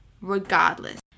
regardless